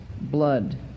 blood